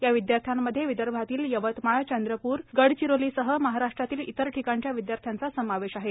या विद्यार्थ्यामध्ये विदर्भातील यवतमाळ चंद्रपूर गडचिरोलीसह महाराष्ट्रातील इतर ठिकाणच्या विद्यार्थ्यांचा समावेश आहे